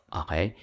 okay